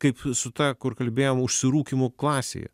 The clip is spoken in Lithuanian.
kaip su ta kur kalbėjom užsirūkymu klasėje